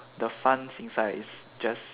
the funds inside is just